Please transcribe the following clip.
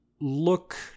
look